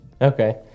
Okay